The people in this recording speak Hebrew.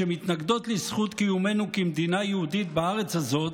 שמתנגדות לזכות קיומנו כמדינה יהודית בארץ הזאת,